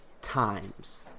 times